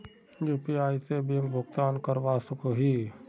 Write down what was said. UPI से bank भुगतान करवा सकोहो ही?